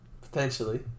Potentially